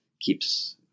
keeps